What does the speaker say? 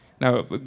Now